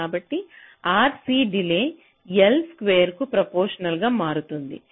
కాబట్టి RC delay L స్క్వేర్కు ప్రొఫెషనల్గా మారుతుంది